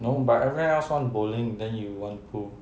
no but everyone else want bowling then you want pool